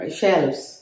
shelves